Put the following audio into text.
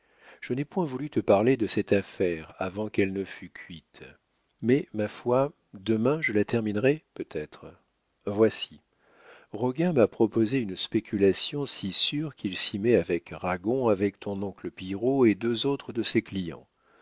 je n'ai point voulu te parler de cette affaire avant qu'elle ne fût cuite mais ma foi demain je la terminerai peut-être voici roguin m'a proposé une spéculation si sûre qu'il s'y met avec ragon avec ton oncle pillerault et deux autres de ses clients